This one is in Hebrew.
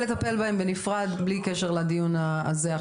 לטפל בהם בנפרד בלי שום קשר לדיון הזה,